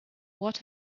what